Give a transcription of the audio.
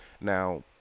Now